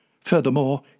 Furthermore